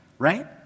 Right